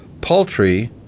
paltry